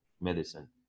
medicine